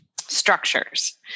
structures